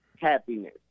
happiness